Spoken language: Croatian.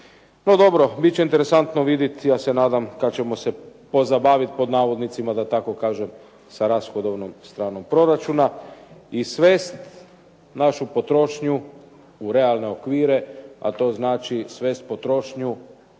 No dobro, biti će interesantno vidjet, ja se nadam da ćemo se pozabavit pod navodnicima da tako kažem sa rashodovnom stranom proračuna i svest našu potrošnju u realne okvire, a to znači svest potrošnju